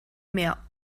mehr